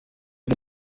ndi